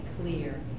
clear